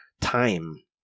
time